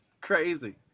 crazy